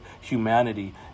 humanity